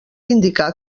indicar